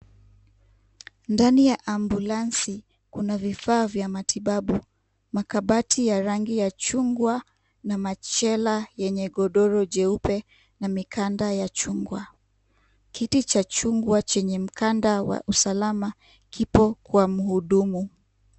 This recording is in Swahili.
Ndani ya ambulanzi kuna vifaa vya matibabu. Makabati ya rangi ya chungwa na machela yenye godoro jeupe na mikanda ya chungwa. Kiti cha chungwa chenye mkanda wa usalama kipo kwa mhudumu.